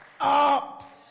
up